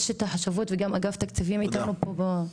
יש את החשבות וגם אגף תקציבים איתנו פה,